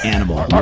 Animal